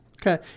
Okay